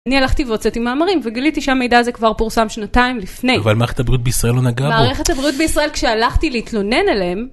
אני הלכתי והוצאתי מאמרים וגיליתי שהמידע הזה כבר פורסם שנתיים לפני. אבל מערכת הבריאות בישראל לא נגעה בו. מערכת הבריאות בישראל כשהלכתי להתלונן אליהם,